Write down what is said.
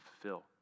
fulfill